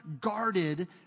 guarded